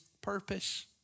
purpose